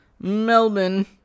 Melbourne